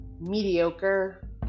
mediocre